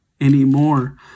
anymore